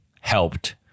helped